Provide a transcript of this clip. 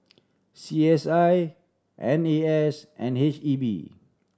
C S I M E S and H E B